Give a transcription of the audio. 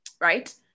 right